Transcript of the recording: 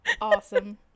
Awesome